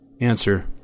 Answer